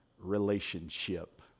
relationship